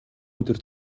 өдөр